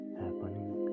happening